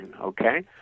okay